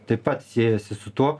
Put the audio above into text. taip pat siejasi su tuo